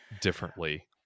differently